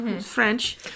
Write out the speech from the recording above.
French